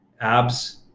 abs